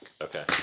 Okay